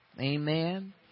Amen